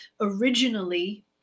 originally